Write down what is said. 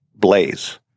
Blaze